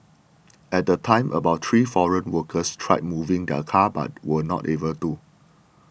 at the time about three foreign workers tried moving the car but were not able to